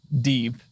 deep